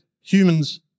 humans